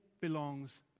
belongs